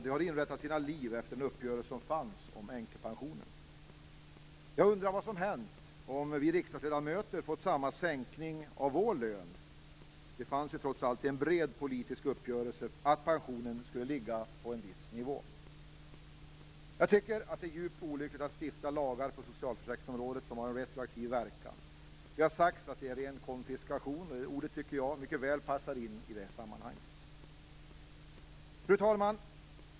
De hade inrättat sina liv efter den uppgörelse som fanns om änkepensionen. Jag undrar vad som hade hänt om vi riksdagsledamöter fått samma sänkning av vår lön. Det fanns trots allt en bred politisk uppgörelse om att pensionen skulle ligga på en viss nivå. Jag tycker att det är djupt olyckligt att stifta lagar på socialförsäkringsområdet som har en retroaktiv verkan. Det har sagts att det är ren konfiskation. Jag tycker att ordet passar mycket väl in i sammanhanget. Fru talman!